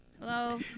Hello